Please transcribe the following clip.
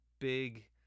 big